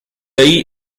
ahí